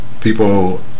people